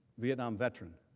vietnam veteran